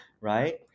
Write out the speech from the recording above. Right